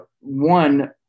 one